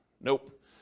Nope